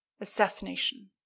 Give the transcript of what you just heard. assassination